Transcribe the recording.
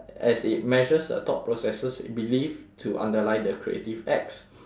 as it measures the thought processes it believe to underline the creative acts